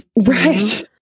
Right